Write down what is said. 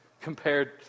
compared